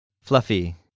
fluffy